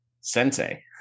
sensei